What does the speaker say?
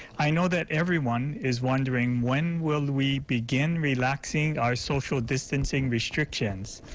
i know that everyone is wondering, when will we begin relaxing or social distancing restrictions?